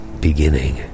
beginning